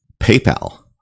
PayPal